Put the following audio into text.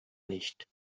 nicht